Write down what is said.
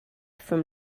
from